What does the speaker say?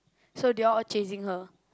so they all all chasing her